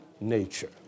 nature